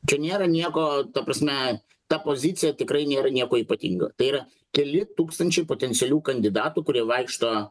tai nėra nieko ta prasme ta pozicija tikrai nėra nieko ypatingo tai yra keli tūkstančiai potencialių kandidatų kurie vaikšto